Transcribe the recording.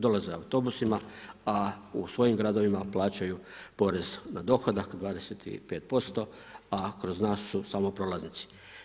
Dolaze autobusima, a u svojim gradovima plaćaju porez na dohodak 25%, a kroz nas su samo prolaznici.